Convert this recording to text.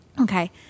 Okay